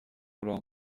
oder